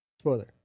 Spoiler